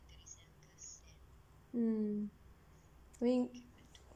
mm wink